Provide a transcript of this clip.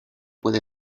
puede